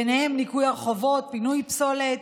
ובהם ניקוי הרחובות ופינוי פסולת,